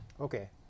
Okay